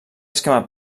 esquema